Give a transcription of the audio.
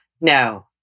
No